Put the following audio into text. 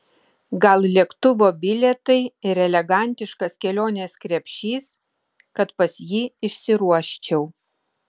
gal lėktuvo bilietai ir elegantiškas kelionės krepšys kad pas jį išsiruoščiau